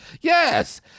Yes